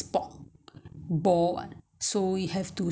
拿去蒸就比较多水